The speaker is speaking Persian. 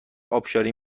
ابشاری